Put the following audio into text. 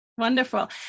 Wonderful